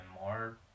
more